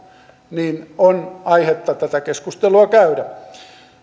niin on aihetta tätä keskustelua käydä